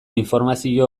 informazio